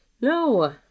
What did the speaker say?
No